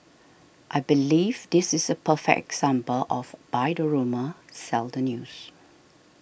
I believe this is a perfect example of buy the rumour sell the news